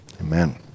Amen